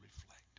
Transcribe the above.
reflect